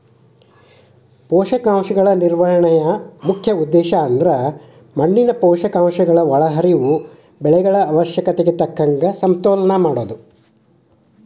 ಪೋಷಕಾಂಶಗಳ ನಿರ್ವಹಣೆಯ ಮುಖ್ಯ ಉದ್ದೇಶಅಂದ್ರ ಮಣ್ಣಿನ ಪೋಷಕಾಂಶಗಳ ಒಳಹರಿವು ಬೆಳೆಗಳ ಅವಶ್ಯಕತೆಗೆ ತಕ್ಕಂಗ ಸಮತೋಲನ ಮಾಡೋದು